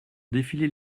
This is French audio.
défiler